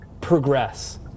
progress